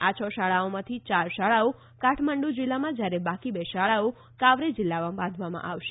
આ છ શાળાઓમાંથી યાર શાળાઓ કાઠમાંડુ જિલ્લામાં જ્યારે બાકી બે શાળાઓ કાવરે જિલ્લામાં બાંધવામાં આવશે